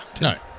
No